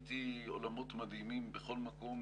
גיליתי עולמות מדהימים בכל מקום